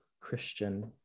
Christian